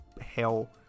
hell